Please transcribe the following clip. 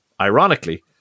Ironically